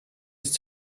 ist